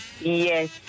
Yes